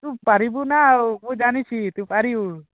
ତୁ ପାରିବୁ ନା ଆଉ ମୁଇଁ ଜାଣିଛି ତୁ ପାରିବୁ